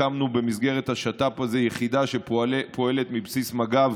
הקמנו, במסגרת השת"פ הזה, יחידה שפועלת מבסיס מג"ב